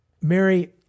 Mary